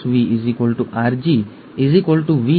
તે કરવા માટે ચાલો આપણે સિસ્ટિક ફાઇબ્રોસિસને ધ્યાનમાં લઈએ